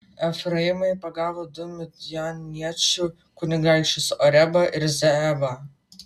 efraimai pagavo du midjaniečių kunigaikščius orebą ir zeebą